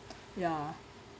ya